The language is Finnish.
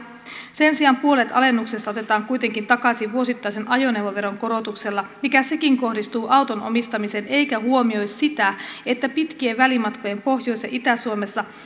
sen sijaan puolet alennuksesta otetaan kuitenkin takaisin vuosittaisen ajoneuvoveron korotuksella mikä sekin kohdistuu auton omistamiseen eikä huomioi sitä että pitkien välimatkojen pohjois ja itä suomessa